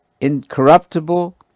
incorruptible